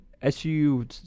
SU